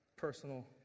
personal